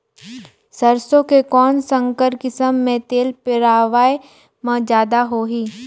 सरसो के कौन संकर किसम मे तेल पेरावाय म जादा होही?